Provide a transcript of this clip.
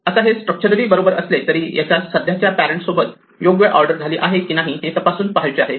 आता हे स्ट्रक्चरली बरोबर असले तरी याच्या सध्याच्या पॅरेण्ट सोबत योग्य ऑर्डर झाले आहे की नाही हे तपासून पाहायचे आहे